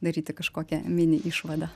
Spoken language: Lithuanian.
daryti kažkokią mini išvadą